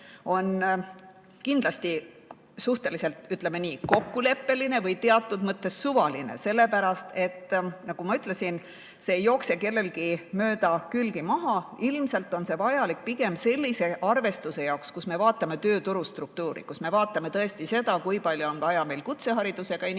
on kindlasti suhteliselt, ütleme nii, kokkuleppeline või teatud mõttes suvaline. Nagu ma ütlesin, see ei jookse kellelgi mööda külgi maha. Ilmselt on see vajalik pigem sellise arvestuse jaoks, kui me vaatame tööturu struktuuri, kui me vaatame tõesti seda, kui palju on vaja kutseharidusega inimesi